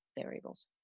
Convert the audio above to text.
variables